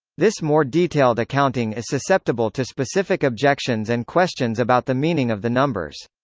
this more detailed accounting is susceptible to specific objections and questions about the meaning of the numbers.